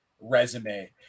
resume